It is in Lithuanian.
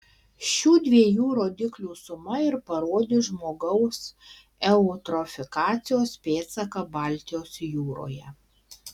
šių dviejų rodiklių suma ir parodys žmogaus eutrofikacijos pėdsaką baltijos jūroje